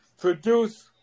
produce